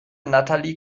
natalie